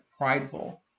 prideful